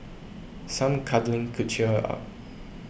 some cuddling could cheer her up